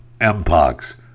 Mpox